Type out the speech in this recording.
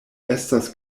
estas